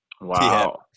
Wow